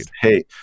Hey